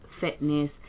fitness